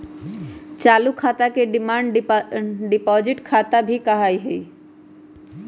चालू खाता के डिमांड डिपाजिट खाता भी कहा हई